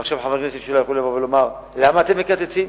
ועכשיו חברי הכנסת שלה יכולים לבוא ולומר: למה אתם מקצצים?